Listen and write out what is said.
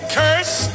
curse